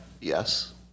Yes